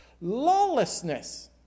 lawlessness